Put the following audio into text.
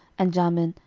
and jamin,